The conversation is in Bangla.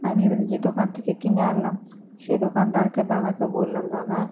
আমি এবারে যে দোকান থেকে কিনে আনলাম সে দোকানদারকে দাদাকে বললাম দাদা